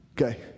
Okay